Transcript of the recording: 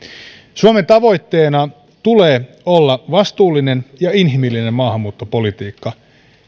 suomen tavoitteena tulee olla vastuullinen ja inhimillinen maahanmuuttopolitiikka